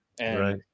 Right